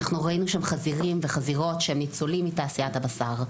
אנחנו ראינו שם חזירים וחזירות שהם ניצולים מתעשיית הבשר,